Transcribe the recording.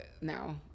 now